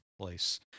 Place